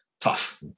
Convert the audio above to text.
tough